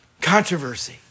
Controversy